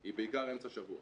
היא בעיקר אמצע השבוע.